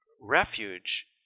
refuge